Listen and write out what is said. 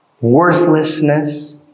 worthlessness